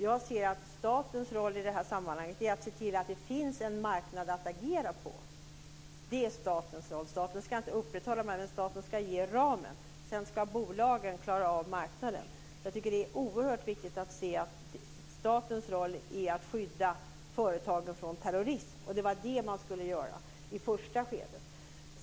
Jag anser att statens roll i det här sammanhanget är att se till att det finns en marknad att agera på. Staten ska ge ramen. Sedan ska bolagen klara av marknaden. Jag tycker att det är oerhört viktigt att se att statens roll är att skydda företagen från terrorism, och det var det som man skulle göra i första skedet.